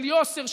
של יושר,